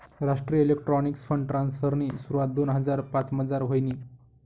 राष्ट्रीय electronics fund ट्रान्स्फरनी सुरवात दोन हजार पाचमझार व्हयनी